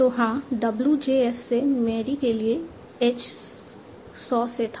तो हाँ wjs से मैरी के लिए एज सॉ से था